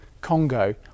Congo